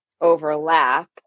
overlap